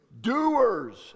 Doers